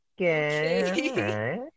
Okay